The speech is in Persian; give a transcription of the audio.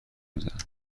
میزنن